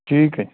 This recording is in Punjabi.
ਠੀਕ ਹੈ